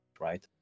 right